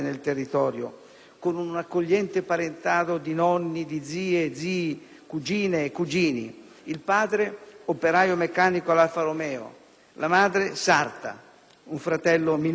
con un accogliente parentado di nonni, zie e zii, cugine e cugini. Il padre operaio meccanico all'Alfa Romeo, la madre sarta, un fratello minore, Vito.